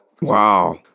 Wow